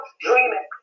dreaming